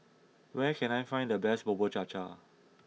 where can I find the best Bubur Cha Cha